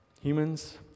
Humans